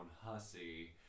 hussy